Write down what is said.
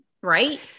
right